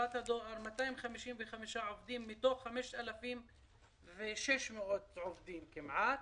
יש 255 עובדים ערבים מתוך 5,600 עובדים כמעט.